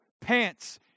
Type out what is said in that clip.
pants